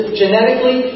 genetically